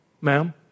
Ma'am